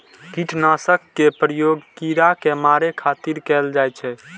कीटनाशक के प्रयोग कीड़ा कें मारै खातिर कैल जाइ छै